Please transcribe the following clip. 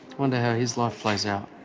wonder how his life plays out.